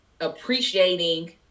appreciating